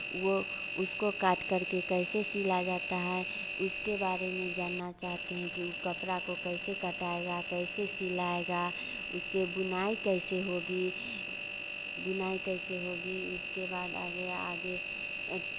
वो उसको काट करके कैसे सिला जाता है उसके बारे में जानना चाहते हैं कि वो कपड़ा को कैसे कटाएगा कैसे सिलाएगा उस पे बुनाई कैसे होगी बुनाई कैसे होगी उसके बाद आ गया आगे